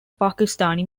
pakistani